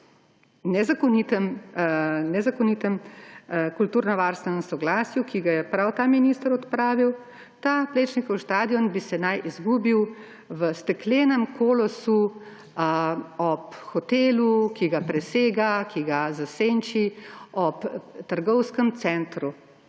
nezakonitem kulturnovarstvenem soglasju, ki ga je prav ta minister odpravil, ta Plečnikov stadion naj bi se izgubil v steklenem kolosu ob hotelu, ki ga presega, ki ga zasenči, ob trgovskem centru.